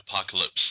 apocalypse